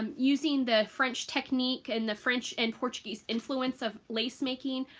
um using the french technique and the french and portuguese influence of lace making,